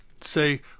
say